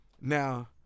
Now